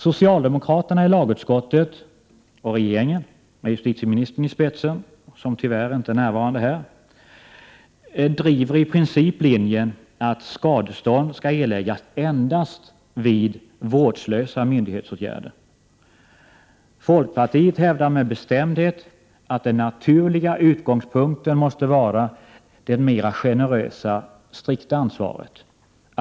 Socialdemokraterna i lagutskottet och regeringen med justitieministern i spetsen — justitieministern är tyvärr inte närvarande nu — driver i princip linjen att skadestånd skall erläggas endast vid vårdslösa myndighetsåtgärder. Fokpartiet hävdar med bestämdhet att den naturliga utgångspunkten måste vara det mera generösa strikta ansvaret.